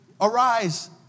arise